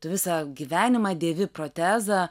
tu visą gyvenimą dėvi protezą